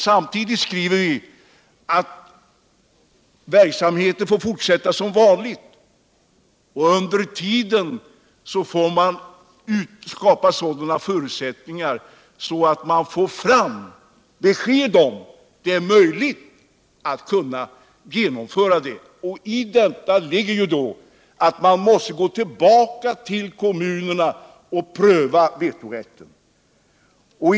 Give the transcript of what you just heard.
Samtidigt skriver vi att verksamheten får fortsätta som vanligt. Under tiden får man skapa sådana förutsättningar att man kan få fram besked huruvida det är möjligt att genomföra projektet. Häri ligger att man måste gå tillbaka till kommunerna och pröva vetorätten.